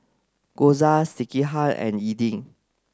Gyoza Sekihan and Idili